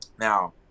Now